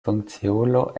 funkciulo